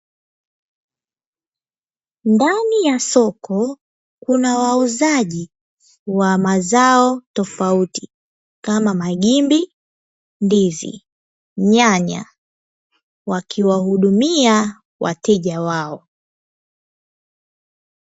Ndani ya soko kuna wauzaji wa mazao tofauti kama magimbi, ndizi, nyanya wakiwahudumia wateja wao.